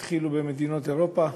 התחילו במדינות אירופה,